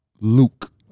Luke